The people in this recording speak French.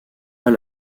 pas